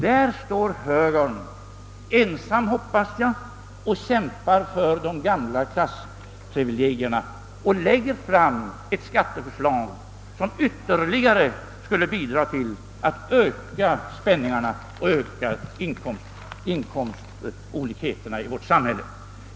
Där står högern ensam, hoppas jag, och kämpar för de gamla klassprivilegierna och lägger fram ett skatteförslag som skulle bidraga till att ytterligare öka spänningarna och inkomstolikheterna i vårt samhälle.